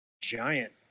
giant